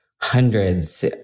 hundreds